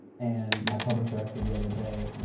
and my publisher actually the other day,